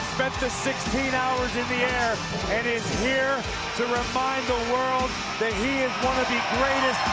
spent the sixteen hours in the air and is here to remind the world that he is one of the greatest